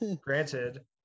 Granted